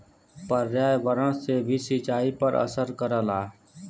पर्यावरण से भी सिंचाई पर असर करला